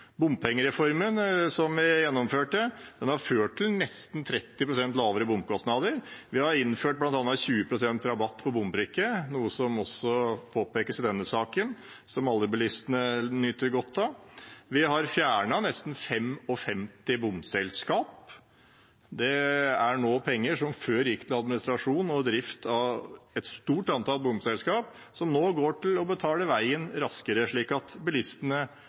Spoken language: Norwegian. Bompengereformen som vi gjennomførte, har ført til nesten 30 pst. lavere bomkostnader. Vi har bl.a. innført 20 pst. rabatt på bombrikke – noe som også påpekes i denne saken – som alle bilistene nyter godt av. Vi har fjernet nesten 55 bomselskaper, så penger som før gikk til administrasjon og drift av et stort antall bomselskaper, går nå til å betale veien raskere, slik at bilistene